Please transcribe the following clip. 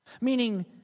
meaning